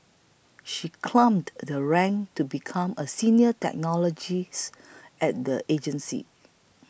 she climbed the ranks to become a senior technologist at the agency